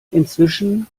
inzwischen